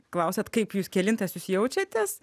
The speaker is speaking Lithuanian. klausiat kaip jūs kelintas jūs jaučiatės